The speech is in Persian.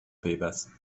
پیوست